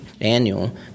annual